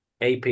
AP